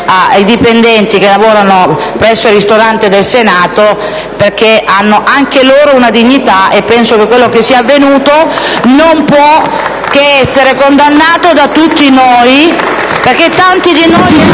ai dipendenti che lavorano presso il ristorante del Senato, perché hanno anche loro una dignità. Ritengo che quanto avvenuto non possa che essere condannato da tutti noi. *(Applausi dai